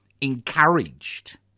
encouraged